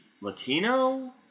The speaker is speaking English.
Latino